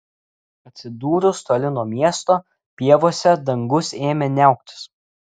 atsidūrus toli nuo miesto pievose dangus ėmė niauktis